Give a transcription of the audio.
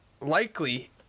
likely